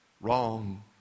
wrong